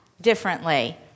differently